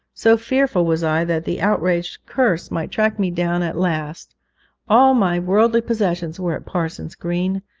so fearful was i that the outraged curse might track me down at last all my worldly possessions were at parson's green,